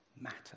matter